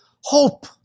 hope